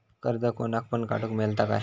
कर्ज कोणाक पण काडूक मेलता काय?